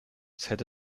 said